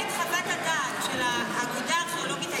אתה קראת את חוות הדעת של האגודה הארכיאולוגית הישראלית?